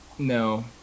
No